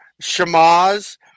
shamas